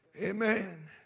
Amen